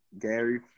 Gary